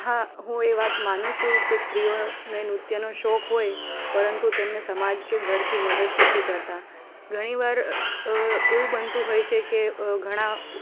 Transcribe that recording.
હા હું એ વાત માનું છે કે સ્ત્રીઓને નૃત્યનો શોખ હોય પરંતુ તેમને સમાજ કે ઘરથી મદદ નથી કરતા ઘણી વાર એવુ બનતું હોય છે કે ઘણા